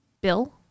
Bill